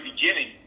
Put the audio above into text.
beginning